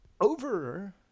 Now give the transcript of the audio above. Over